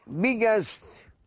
Biggest